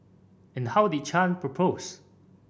and how did Chan propose